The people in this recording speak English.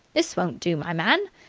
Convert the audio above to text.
this won't do, my man!